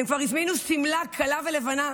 הן כבר הזמינו שמלת כלה לבנה,